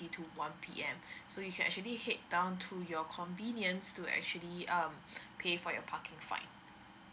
to one P_M so you can actually head down to your convenience to actually um pay for your parking fine